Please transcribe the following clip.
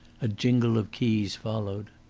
a jingle of keys followed.